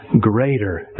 greater